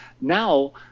now